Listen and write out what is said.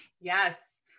Yes